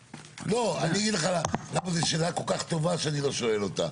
בוא אני אגיד לך למה זו שאלה כל כך טובה שאני לא שואל אותה.